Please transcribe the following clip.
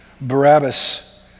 Barabbas